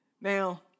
Now